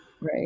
Right